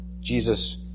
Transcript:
Jesus